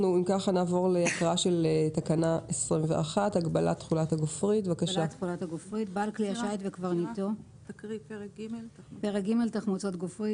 נעברו להקראה של תקנה 21. "פרק ג': תחמוצות גופרית